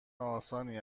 آسانی